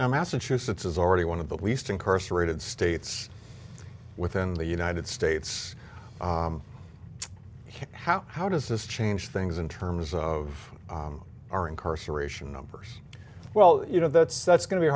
now massachusetts is already one of the least incarcerated states within the united states how how does this change things in terms of our incarceration numbers well you know that's that's going to be a